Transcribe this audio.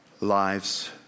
lives